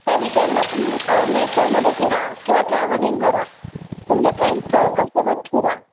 त्या विकेंडला तुम्ही नेचरमध्ये फिरा किंवा ट्रॅव्हलिंग करा तुमच्या फ्रेंड्स सर्कलसोबत फिरा